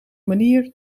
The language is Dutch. manier